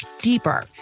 deeper